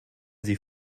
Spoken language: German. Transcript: sie